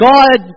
God